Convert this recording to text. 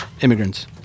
immigrants